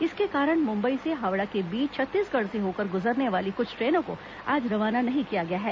इसके कारण मुंबई से हावड़ा के बीच छत्तीसगढ़ से होकर गुजरने वाली कुछ ट्रेनों को आज रवाना नहीं किया गया है